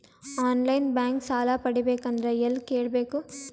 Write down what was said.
On line bank ಸಾಲ ಪಡಿಬೇಕಂದರ ಎಲ್ಲ ಕೇಳಬೇಕು?